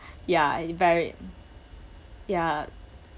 ya it very ya